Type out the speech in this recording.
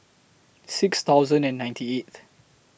six thousand and ninety eighth